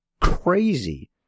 crazy